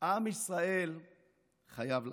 עם ישראל חייב לכם.